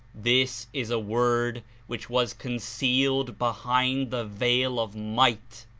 this is a word which was con cealed behind the veil of might,